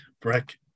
breck